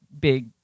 big